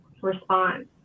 response